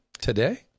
today